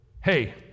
Hey